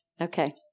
okay